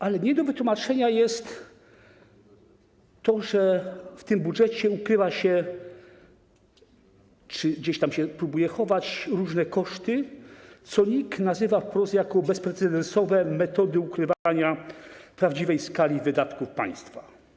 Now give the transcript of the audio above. Ale nie do wytłumaczenia jest to, że w tym budżecie ukrywa się czy gdzieś tam próbuje się chować różne koszty, co NIK nazywa wprost bezprecedensowymi metodami ukrywania prawdziwej skali wydatków państwa.